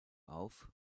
auf